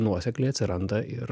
nuosekliai atsiranda ir